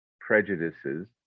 prejudices